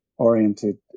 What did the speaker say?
oriented